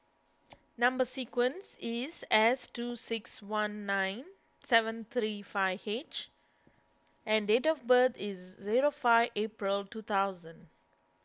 Number Sequence is S two six one nine seven three five H and date of birth is zero five April two thousand